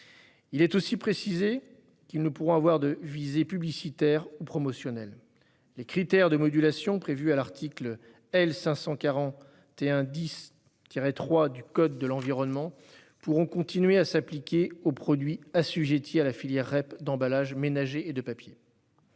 Il est aussi précisé qu'ils ne pourront pas avoir de visée publicitaire ou promotionnelle. Les critères de modulation prévus à l'article L. 541-10-3 du code de l'environnement pourront continuer à s'appliquer aux produits assujettis à la filière REP d'emballages ménagers et de papier.